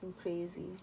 crazy